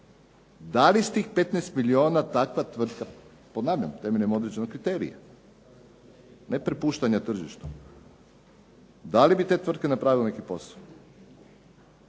Da li s tih 15 milijuna takva tvrtka, ponavljam temeljem određenog kriterija, ne prepuštanja tržištu, da li bi te tvrtke napravila neki posao?